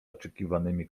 oczekiwanymi